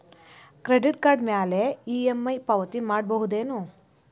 Credit card ಮ್ಯಾಲೆ EMI ಪಾವತಿ ಮಾಡ್ಬಹುದೇನು?